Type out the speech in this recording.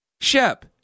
Shep